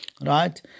right